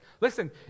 Listen